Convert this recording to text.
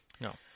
No